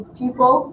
people